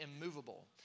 immovable